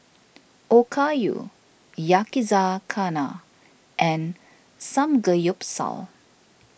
Okayu Yakizakana and Samgeyopsal